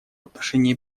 отношении